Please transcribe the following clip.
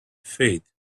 feet